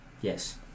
Yes